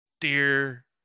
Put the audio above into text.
Dear